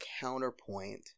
counterpoint